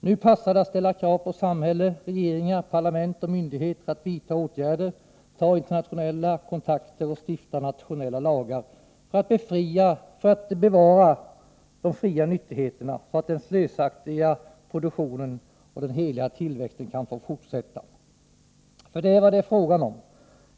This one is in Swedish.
Nu passar det att ställa krav på samhället, regeringar, parlament och myndigheter att vidta åtgärder, ta internationella kontakter och stifta nationella lagar för att bevara de fria nyttigheterna, så att den slösaktiga produktionen och den heliga tillväxten skall få fortsätta, för det är vad det är fråga om.